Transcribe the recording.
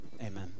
Amen